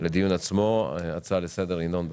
לדיון עצמו, הצעה לסדר של ינון אזולאי,